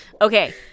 Okay